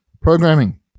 programming